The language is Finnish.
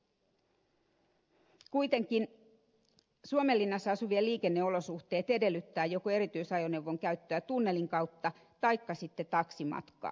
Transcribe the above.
kuitenkin suomenlinnassa asuvien liikenneolosuhteet edellyttävät joko erityisajoneuvon käyttöä tunnelin kautta taikka sitten taksimatkaa